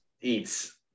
eats